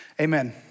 Amen